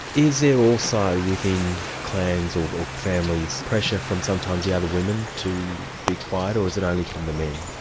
is there also within clans or families pressure from sometimes the other women to be quiet, or is it only from the men?